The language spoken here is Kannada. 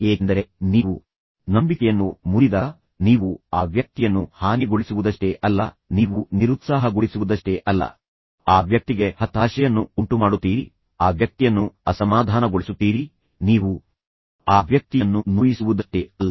ಏಕೆಂದರೆ ನೀವು ನಂಬಿಕೆಯನ್ನು ಮುರಿದಾಗ ನೀವು ಆ ವ್ಯಕ್ತಿಯನ್ನು ಹಾನಿಗೊಳಿಸುವುದಷ್ಟೇ ಅಲ್ಲ ನೀವು ನಿರುತ್ಸಾಹಗೊಳಿಸುವುದಷ್ಟೇ ಅಲ್ಲ ಆ ವ್ಯಕ್ತಿಗೆ ಹತಾಶೆಯನ್ನು ಉಂಟುಮಾಡುತ್ತೀರಿ ಆ ವ್ಯಕ್ತಿಯನ್ನು ಅಸಮಾಧಾನಗೊಳಿಸುತ್ತೀರಿ ನೀವು ಆ ವ್ಯಕ್ತಿಯನ್ನು ನೋಯಿಸುವುದಷ್ಟೇ ಅಲ್ಲ